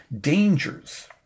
dangers